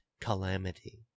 calamity